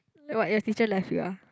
what your teacher left you ah